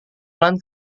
pelan